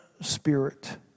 spirit